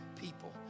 people